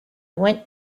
went